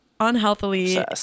unhealthily